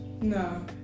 No